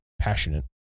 passionate